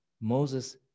Moses